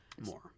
more